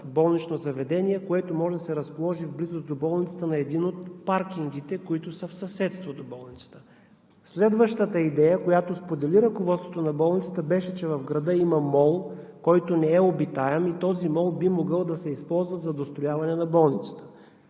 болнично заведение, което може да се разположи в близост до болницата на един от паркингите, които са в съседство до болницата. Следващата идея, която сподели ръководството на болницата беше, че в града има МОЛ, който не е обитаем, и този МОЛ би могъл да се използва за дострояване на болницата.